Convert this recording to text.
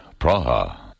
Praha